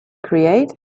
create